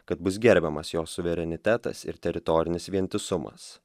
kad bus gerbiamas jo suverenitetas ir teritorinis vientisumas